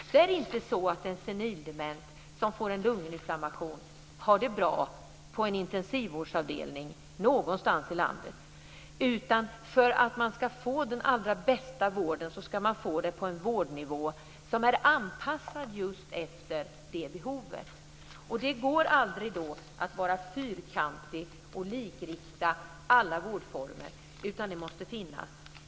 Det är inte så att en senildement som får lunginflammation har det bra på en intensivvårdsavdelning någonstans i landet. För att man ska få den allra bästa vården ska man få den på en vårdnivå som är anpassad efter just behovet. Det går då inte att vara fyrkantig och likrikta alla vårdformer.